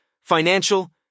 financial